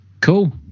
Cool